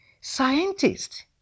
scientist